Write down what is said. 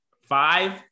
five